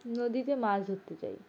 নদীতে মাছ ধরতে যাই